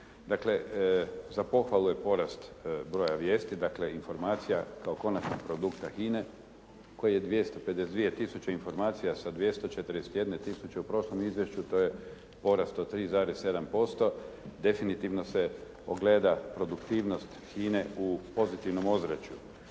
Dakle za pohvalu je porast broja vijesti, dakle informacija kao konačnog produkta HINA-e koji je 252 tisuće informacija sa 241 tisuće u prošlom izvješću, to je porast od 3,7% definitivno se ogleda produktivnost HINA-e u pozitivnom ozračju.